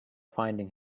finding